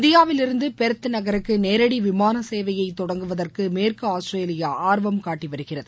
இந்தியாவில் இருந்து பெர்த் நகருக்கு நேரடி விமான சேவையை தொடங்குவதற்கு மேற்கு ஆஸ்திரேலியா ஆர்வம் காட்டிவருகிறது